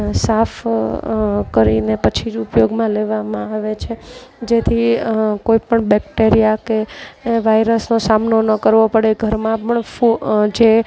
સાફ કરીને પછી જ ઉપયોગમાં લેવામાં આવે છે જેથી કોઈપણ બેક્ટેરિયા કે વાયરસનો સામનો કરવો પડે ઘરમાં પણ જે